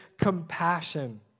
compassion